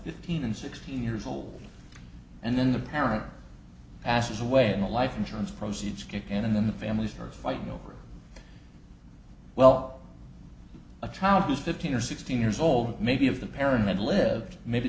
fifteen and sixteen years old and then the parent passes away and the life insurance proceeds kick in and then the families are fighting over well a child is fifteen or sixteen years old maybe of the parent had lived maybe